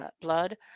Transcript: blood